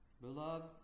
Beloved